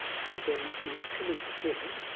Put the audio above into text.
and then luckily for him,